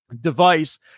device